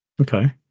Okay